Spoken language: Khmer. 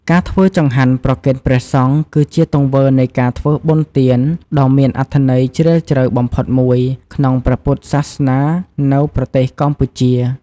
ការធ្វើចង្ហាន់ប្រគេនព្រះសង្ឃ គឺជាទង្វើនៃការធ្វើបុណ្យទានដ៏មានអត្ថន័យជ្រាលជ្រៅបំផុតមួយក្នុងព្រះពុទ្ធសាសនានៅប្រទេសកម្ពុជា។